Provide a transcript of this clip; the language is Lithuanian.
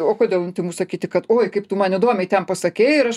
o kodėl intymu sakyti kad oi kaip tu man įdomiai ten pasakei ir aš